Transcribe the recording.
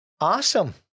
Awesome